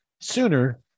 sooner